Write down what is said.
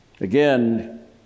Again